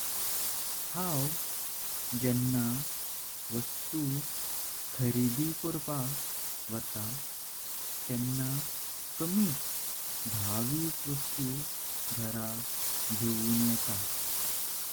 हांव जेन्ना वस्तु खरिदी कोरपाक वटात। तेन्ना कमीच दहा वीस वस्तु घरा घेऊन येता।